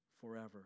forever